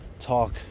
talk